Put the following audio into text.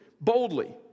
boldly